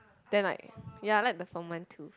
then like ya like the foam one too